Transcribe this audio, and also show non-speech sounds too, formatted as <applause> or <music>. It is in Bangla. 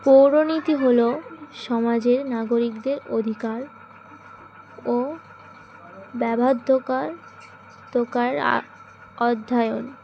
পৌরনীতি হল সমাজের নাগরিকদের অধিকার ও <unintelligible> অধ্যায়ন